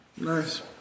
Nice